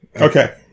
Okay